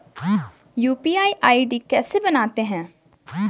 UPI ID कैसे बनाते हैं?